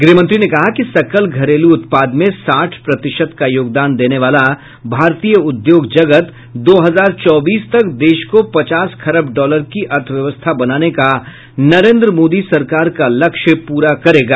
गृहमंत्री ने कहा कि सकल घरेलू उत्पाद में साठ प्रतिशत का योगदान देने वाला भारतीय उद्योग जगत दो हजार चौबीस तक देश को पचास खरब डॉलर की अर्थव्यवस्था बनाने का नरेन्द्र मोदी सरकार का लक्ष्य प्ररा करेगा